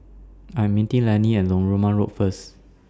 I'm meeting Lannie At Narooma Road First